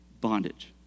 bondage